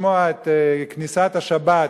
לשמוע את כניסת השבת,